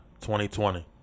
2020